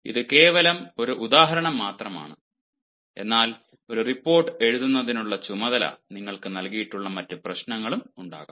ഇത് കേവലം ഒരു ഉദാഹരണം മാത്രമാണ് എന്നാൽ ഒരു റിപ്പോർട്ട് എഴുതുന്നതിനുള്ള ചുമതല നിങ്ങൾക്ക് നൽകിയിട്ടുള്ള മറ്റ് പ്രശ്നങ്ങളും ഉണ്ടാകാം